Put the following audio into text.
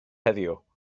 heddiw